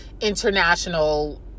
international